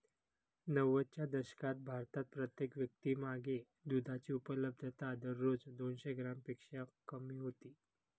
नव्वदच्या दशकात भारतात प्रत्येक व्यक्तीमागे दुधाची उपलब्धता दररोज दोनशे ग्रॅमपेक्षा कमी होती